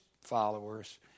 followers